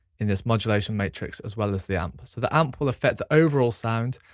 in this modulation matrix, as well as the amp. so the amp will affect the overall sound,